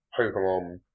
Pokemon